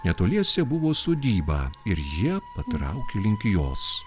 netoliese buvo sodyba ir jie patraukė link jos